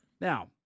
Now